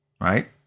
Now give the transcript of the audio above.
right